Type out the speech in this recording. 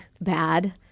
bad